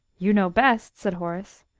you know best, said horace.